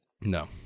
No